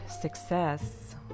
success